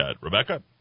Rebecca